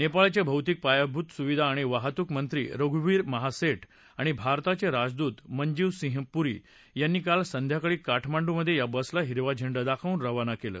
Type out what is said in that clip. नेपाळचे भौतिक पायाभूत सुविधा आणि वाहतूक मंत्री सघुबीर महासेठ आणि भारताचे राजदूत मंजीव सिंह पूरी यांनी काल संध्याकाळी काठमांडूमधे या बसला हिरवा झेंडा दाखवून रवाना केलं